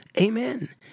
Amen